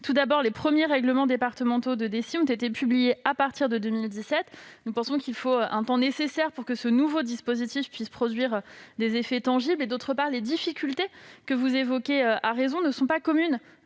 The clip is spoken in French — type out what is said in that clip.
Tout d'abord, les premiers règlements départementaux de DECI ont été publiés à partir de 2017. Il convient de laisser le temps nécessaire pour que ce nouveau dispositif puisse produire des effets tangibles. Par ailleurs, les difficultés que vous évoquez ne sont pas communes